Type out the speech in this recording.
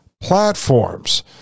platforms